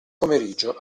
pomeriggio